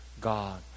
God